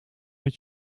met